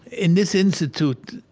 in this institute,